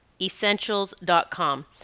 Essentials.com